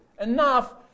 enough